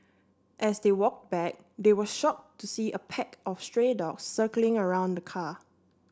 as they walked back they were shocked to see a pack of stray dogs circling around the car